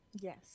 yes